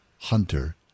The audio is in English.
Hunter